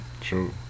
True